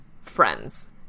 friends